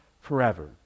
forever